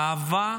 אהבה,